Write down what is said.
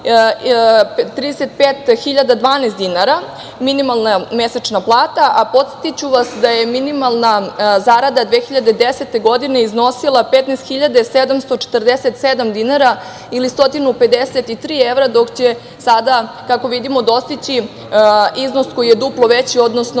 35.012 dinara minimalna mesečna plata. Podsetiću vas da je minimalna zarada 2010. godine iznosila 15.747 dinara ili 153 evra, dok će sada, kako vidimo dostići iznos koji je duplo veći, odnosno